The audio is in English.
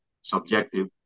subjective